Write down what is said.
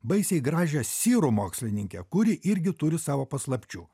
baisiai gražią sirų mokslininkę kuri irgi turi savo paslapčių